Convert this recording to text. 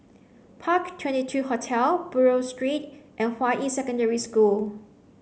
Park Twenty Two Hotel Buroh Street and Hua Yi Secondary School